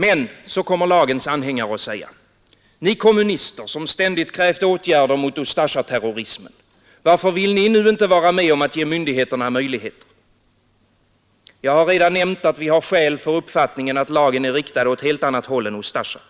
Men — så kommer lagens anhängare att säga — ni kommunister som ständigt krävt åtgärder mot Ustasja-terrorismen, varför vill ni nu inte vara med om att ge myndigheterna möjligheter? Jag har redan nämnt att vi har skäl för uppfattningen att lagen är riktad åt helt annat håll än mot Ustasja.